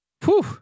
Whew